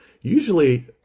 Usually